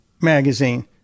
magazine